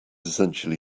essentially